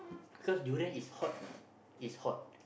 because durian is hot know is hot